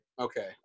Okay